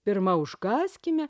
pirma užkąskime